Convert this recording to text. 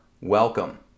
welcome